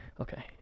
Okay